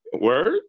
word